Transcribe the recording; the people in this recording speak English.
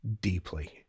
deeply